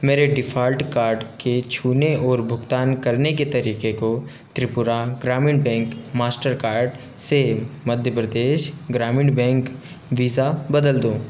मेरे default card के छूने और भुगतान करने के तरीके को त्रिपुरा ग्रामीण बैंक मास्टरकार्ड से मध्य प्रदेश ग्रामीण बैंक वीज़ा बदल दो